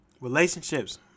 relationships